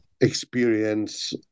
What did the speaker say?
experience